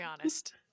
honest